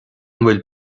bhfuil